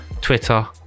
Twitter